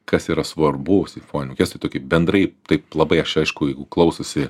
kas yra svarbu simfoniniam orkestrui tokį bendrai taip labai aš aišku jeigu klausosi